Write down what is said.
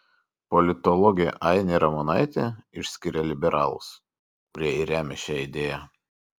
politologė ainė ramonaitė išskiria liberalus kurie ir remia šią idėją